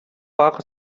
бага